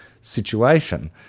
situation